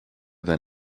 than